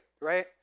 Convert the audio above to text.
right